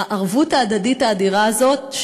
הערבות ההדדית האדירה הזאת,